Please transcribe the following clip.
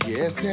Yes